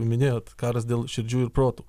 minėjot karas dėl širdžių ir protų